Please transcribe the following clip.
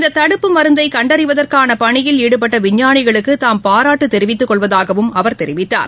இந்ததடுப்பு மருந்தைகண்டறிவதற்கானபணியில் ஈடுபட்டவிஞ்ஞானிகளுக்குதாம் பாராட்டுதெரிவித்துக் கொள்வதாகவும் அவர் தெரிவித்தார்